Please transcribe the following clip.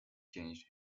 changed